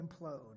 implode